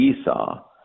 Esau